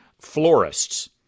Florists